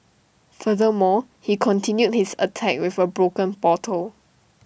furthermore he continued his attack with A broken bottle